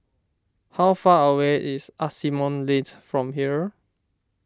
how far away is Asimont Lane from here